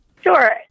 Sure